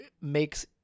Makes